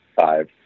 five